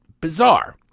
bizarre